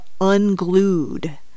unglued